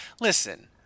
listen